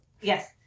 yes